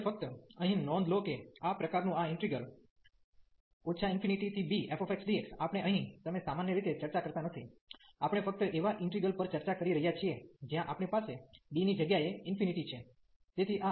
તેથી હવે ફક્ત અહીં નોંધ લો કે આ પ્રકારનું આ ઈન્ટિગ્રલ ∞bfxdx આપણે અહીં તમે સામાન્ય રીતે ચર્ચા કરતા નથી આપણે ફક્ત એવા ઈન્ટિગ્રલ પર ચર્ચા કરી રહ્યા છીએ જ્યાં આપણી પાસે b ની જગ્યાએ ઇન્ફિનિટી છે